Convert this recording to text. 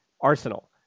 Arsenal